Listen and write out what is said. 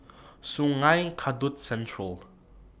Sungei Kadut Central